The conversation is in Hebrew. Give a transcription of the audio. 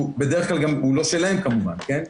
שהוא לא שלהם, כמובן, כן?